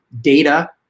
data